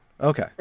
Okay